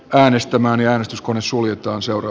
hänestä moni äänestyskone suljetaan seur